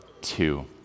two